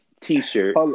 t-shirt